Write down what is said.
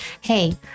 Hey